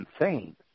insane